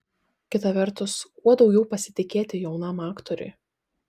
kita vertus kuo daugiau pasitikėti jaunam aktoriui